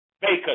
bacon